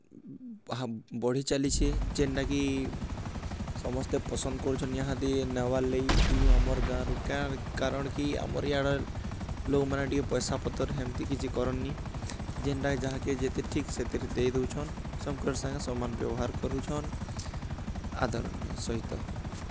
ବଢ଼ି ଚାଲିଛେ ଯେନ୍ଟାକି ସମସ୍ତେ ପସନ୍ଦ୍ କରୁଛନ୍ ଇହାଦେ ନେବାର୍ ଲାଗି ଇନୁ ଆମର୍ ଗାଁରୁ କାରଣ୍ କି ଆମର୍ ଇ ଆଡ଼ର୍ ଲୋକ୍ମାନେ ଟିକେ ପଏସା ପତର୍ ହେନ୍ତି କିଛି କରନ୍ନି ଯେନ୍ଟା ଯାହାକି ଯେତେ ଠିକ୍ ସେଥିରେ ଦେଇ ଦଉଛନ୍ ସମ୍କ ସାଙ୍ଗେ ସମାନ୍ ବ୍ୟବହାର୍ କରୁଛନ୍ ଆଦରଣୀୟ ସହିତ